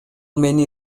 мени